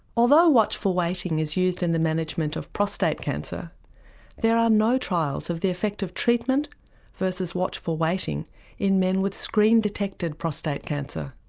although watchful waiting is used in the management of prostate cancer there are no trials of the effect of treatment versus watchful waiting in men with screen-detected prostate cancer.